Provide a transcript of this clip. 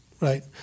Right